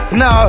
no